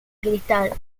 cristal